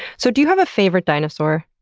so, do you have a favorite dinosaur?